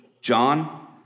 John